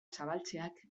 zabaltzeak